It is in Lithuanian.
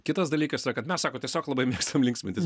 kitas dalykas yra kad mes sako tiesiog labai mėgstam linksmintis